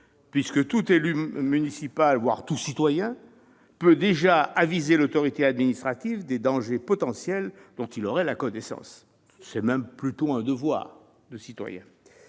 puisque tout élu municipal, voire tout citoyen, peut déjà aviser l'autorité administrative des dangers potentiels dont il aurait connaissance. Absolument ! C'est même là le devoir de tout